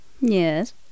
Yes